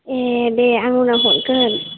ए दे आं उनाव हरगोन